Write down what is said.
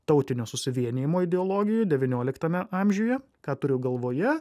tautinio susivienijimo ideologijų devynioliktame amžiuje ką turiu galvoje